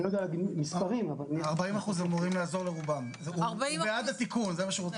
40% אמורים לעזור לרובם עד התיקון.